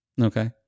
okay